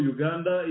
Uganda